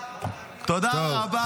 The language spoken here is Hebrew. תודה רבה.